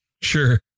Sure